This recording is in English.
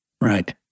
Right